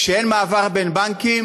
כשאין מעבר בין בנקים